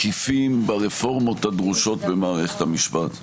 מקיפים ברפורמות הדרושות במערכת המשפט.